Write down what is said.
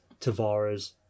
Tavares